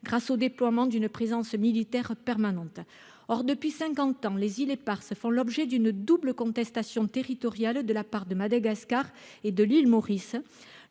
grâce au déploiement d'une présence militaire permanente, or depuis 50 ans, les îles éparses font l'objet d'une double contestation territoriale de la part de Madagascar et de l'île Maurice,